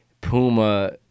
Puma